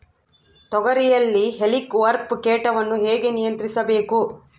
ತೋಗರಿಯಲ್ಲಿ ಹೇಲಿಕವರ್ಪ ಕೇಟವನ್ನು ಹೇಗೆ ನಿಯಂತ್ರಿಸಬೇಕು?